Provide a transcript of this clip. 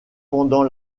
pendant